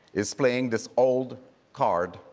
is playing this old card.